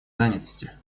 занятости